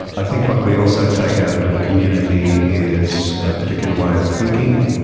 i think what we also take out into the community is a particular way of thinking,